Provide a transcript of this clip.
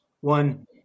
One